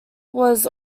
was